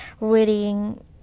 reading